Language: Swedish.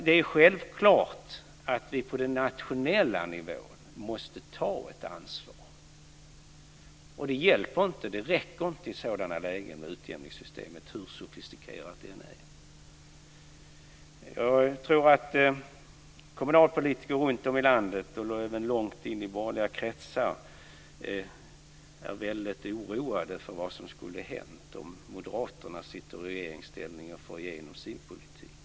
Det är självklart att vi på den nationella nivån måste ta ett ansvar. Det räcker inte i sådana lägen med utjämningssystemet, hur sofistikerat det än är. Jag tror att kommunalpolitiker runtom i landet, och även långt in i borgerliga kretsar, är väldigt oroade för vad som skulle hända om Moderaterna satt i regeringsställning och fick igenom sin politik.